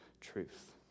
truth